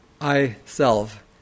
I-self